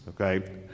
okay